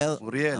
העתירה.